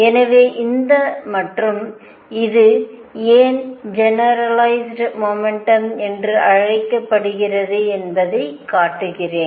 எனவே இந்த மற்றும் இது ஏன் ஜெனரலைஸ்டு மொமெண்டம் என்று அழைக்கிறது என்பதைக் காட்டுகிறேன்